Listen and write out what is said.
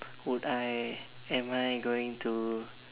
would I am I going to